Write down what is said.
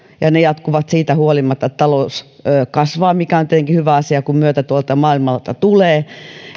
ja ne jatkuvat siitä huolimatta että talous kasvaa mikä on tietenkin hyvä asia kun myötätuulta maailmalta tulee